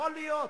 יכול להיות,